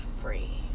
free